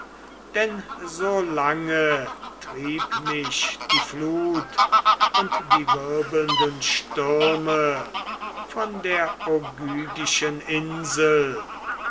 denn so lange trieb mich die flut und die wirbelnden stürme von der ogygischen insel